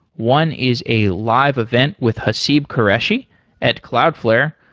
one is a live event with haseeb qureshi at cloudflare.